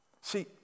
See